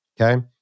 okay